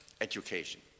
education